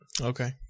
okay